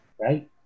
Right